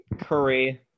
Curry